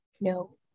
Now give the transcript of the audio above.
No